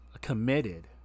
committed